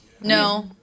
No